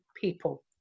people